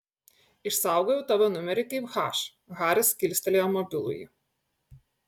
išsaugojau tavo numerį kaip h haris kilstelėjo mobilųjį